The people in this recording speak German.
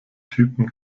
typen